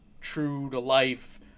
true-to-life